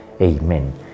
Amen